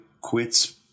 quits